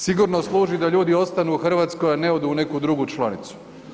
Sigurno služi da ljudi ostanu u Hrvatskoj, a ne odu u neku drugu članicu.